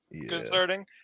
concerning